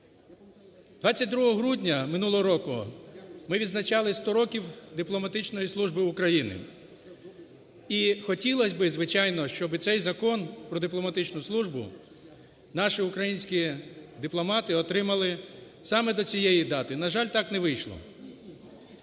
грудня минулого року ми відзначали 100 років дипломатичної служби України. І хотілось би, звичайно, щоби цей Закон про дипломатичну службу наші українські дипломати отримали саме до цієї дати, на жаль, так не вийшло.